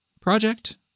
project